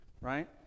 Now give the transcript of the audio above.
right